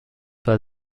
war